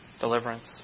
Deliverance